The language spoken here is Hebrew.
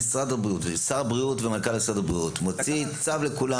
שר הבריאות ומנכ"ל משרד הבריאות מוציא צו לכולם